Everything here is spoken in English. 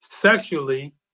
sexually